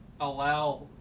allow